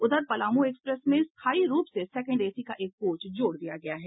उधर पलामू एक्सप्रेस में स्थाई रूप से सेकेंड एसी का एक कोच जोड़ दिया गया है